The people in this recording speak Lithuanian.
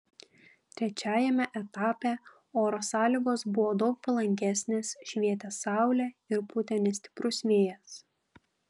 trečiajame etape oro sąlygos buvo daug palankesnės švietė saulė ir pūtė nestiprus vėjas